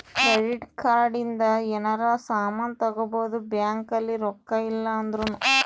credit card ಇಂದ ಯೆನರ ಸಾಮನ್ ತಗೊಬೊದು ಬ್ಯಾಂಕ್ ಅಲ್ಲಿ ರೊಕ್ಕ ಇಲ್ಲ ಅಂದೃನು